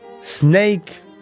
snake